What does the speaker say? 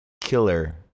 Killer